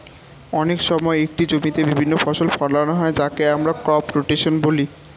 অনেক সময় একটি জমিতে বিভিন্ন ফসল ফোলানো হয় যাকে আমরা ক্রপ রোটেশন বলি